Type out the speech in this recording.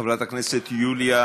חברת הכנסת יוליה